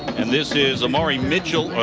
and this is amare mitchell.